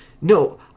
no